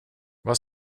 vad